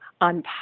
on